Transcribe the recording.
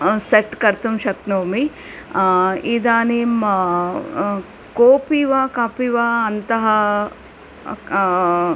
set कर्तुं शक्नोमि इदानीं कोपि वा कापि वा अन्तः